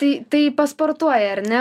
tai tai pasportuoji ar ne